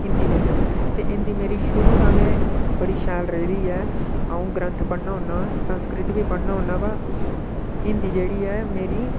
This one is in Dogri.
हिंदी बिच ते हिंदी मेरी शुरू दा गै बड़ी शैल रेही दी ऐ अ'ऊं ग्रंथ पढ़ना होन्ना संस्कृत बी पढ़ना होन्ना ब हिंदी जेह्ड़ी ऐ मेरी